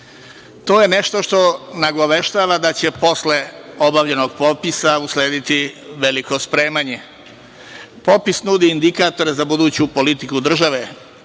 To je nešto što nagoveštava da će posle obavljenog popisa uslediti veliko spremanje. Popis nudi indikatore za buduću politiku države.